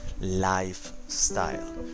lifestyle